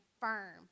firm